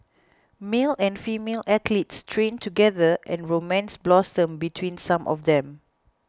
male and female athletes trained together and romance blossomed between some of them